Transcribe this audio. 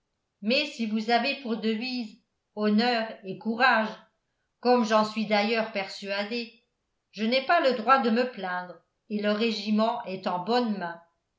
mais si vous avez pour devise honneur et courage comme j'en suis d'ailleurs persuadé je n'ai pas le droit de me plaindre et le régiment est en bonnes mains